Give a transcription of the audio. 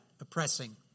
oppressing